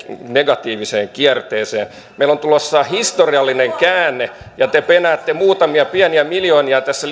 negatiiviseen kierteeseen meillä on tulossa historiallinen käänne ja te penäätte muutamia pieniä miljoonia tässä